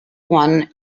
one